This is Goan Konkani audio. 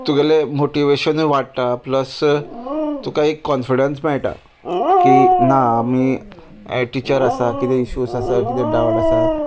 तुगेलें मोटिवेशनूय वाडटा प्लस तुका एक कॉन्फिडंस मेळटा की ना आमी ए टिचर आसा कितें इशूज आसा किदें डावट आसा